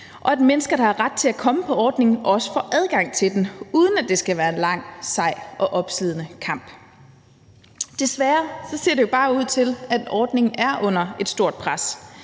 og så mennesker, der har ret til at komme på ordningen, også får adgang til den, uden at det skal være en lang, sej og opslidende kamp. Desværre ser det bare ud til, at ordningen er under et stort pres.